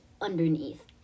underneath